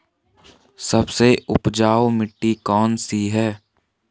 सबसे उपजाऊ मिट्टी कौन सी है?